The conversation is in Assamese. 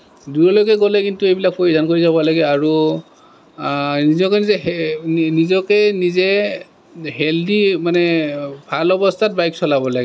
দূৰলৈকে গ'লে কিন্তু এইবিলাক পৰিধান কৰি যাব লাগে আৰু নিজকে নিজে হেলদি মানে ভাল অৱস্থাত বাইক চলাব লাগে